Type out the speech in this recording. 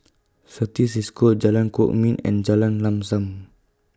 Certis CISCO Jalan Kwok Min and Jalan Lam SAM